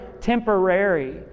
temporary